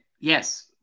yes